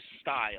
style